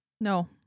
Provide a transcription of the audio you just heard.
No